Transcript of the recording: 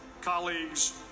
colleagues